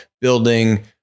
building